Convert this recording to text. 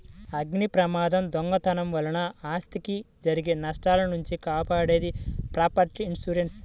అగ్నిప్రమాదం, దొంగతనం వలన ఆస్తికి జరిగే నష్టాల నుంచి కాపాడేది ప్రాపర్టీ ఇన్సూరెన్స్